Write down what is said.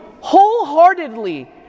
wholeheartedly